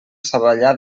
savallà